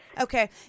Okay